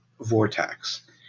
vortex